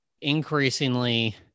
increasingly